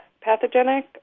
pathogenic